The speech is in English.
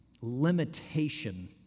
limitation